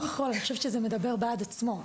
אין לי קול, אני חושבת שזה מדבר בעד עצמו.